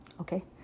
okay